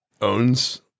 owns